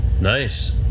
nice